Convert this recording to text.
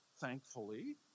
thankfully